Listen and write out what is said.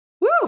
Woo